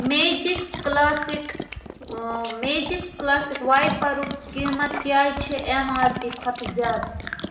Magics کلاسِک میجِکس کلاسِک وایپرُک قیٖمَت کیٛازِ چھ ایم آر پی کھۄتہٕ زیادٕ؟